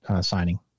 signing